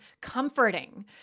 comforting